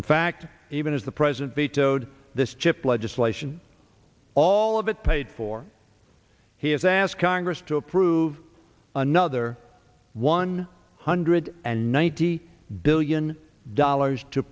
in fact even as the president vetoed this chip legislation all of it paid for he has asked congress to approve another one hundred and ninety billion dollars to